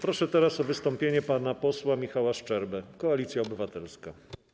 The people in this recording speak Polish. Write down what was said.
Proszę teraz o wystąpienie pana posła Michała Szczerbę, Koalicja Obywatelska.